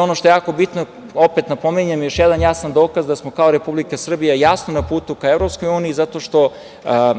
Ono što je jako bitno, opet napominjem, još jedan jasan dokaz da smo kao Republika Srbija jasno na putu ka Evropskoj uniji je zato što